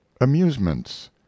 Amusements